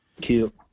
Cute